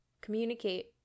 communicate